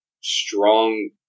strong